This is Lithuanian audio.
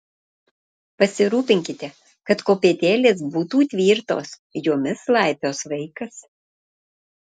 pasirūpinkite kad kopėtėlės būtų tvirtos jomis laipios vaikas